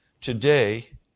Today